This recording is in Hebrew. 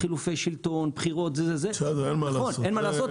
חילופי שלטון, בחירות וזה אין מה לעשות.